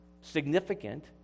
significant